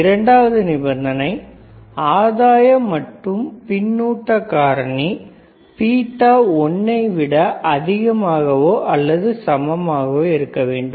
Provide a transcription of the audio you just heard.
இரண்டாவது நிபந்தனை ஆதாயம் மற்றும் பின்னூட்ட காரணி பீட்டா 1 ஐ விட அதிகமாகவோ அல்லது சமமாகவோ இருக்க வேண்டும்